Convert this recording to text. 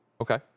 Okay